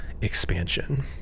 Expansion